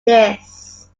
this